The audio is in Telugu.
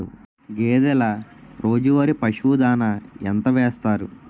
గేదెల రోజువారి పశువు దాణాఎంత వేస్తారు?